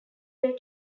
way